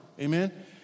Amen